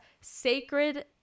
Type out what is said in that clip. sacred